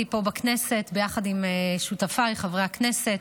פה בכנסת ביחד עם שותפיי חברי הכנסת,